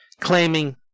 claiming